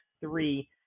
three